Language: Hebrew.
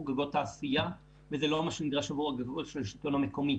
גגות תעשייה וזה לא מה שנדרש עבור גגות של השלטון המקומי.